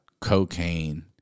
cocaine